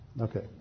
Okay